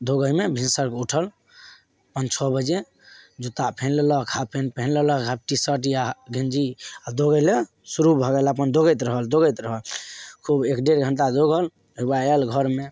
दौगयमे भिनसरके उठल पाँच छओ बजे जूता पहिन लेलक हाफ पेंट पहिन लेलक हाफ टी शर्ट या गंजी आओर दौगय लए शुरू भऽ गेल अपन दौगैत रहल दौगैत रहल खूब एक डेढ़ घण्टा दौगल ओकर बाद आयल घरमे